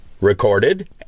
recorded